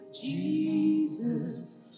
Jesus